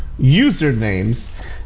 usernames